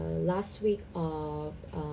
the last week of err